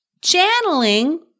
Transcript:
channeling